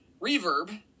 reverb